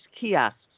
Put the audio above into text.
kiosks